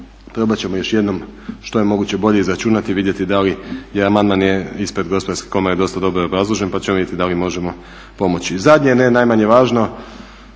probat ćemo još jednom što je moguće bolje izračunati i vidjeti da li jer amandman je ispred Gospodarske komore dosta dobro obrazložen pa ćemo vidjeti da li možemo pomoći. Zadnje i ne najmanje važno,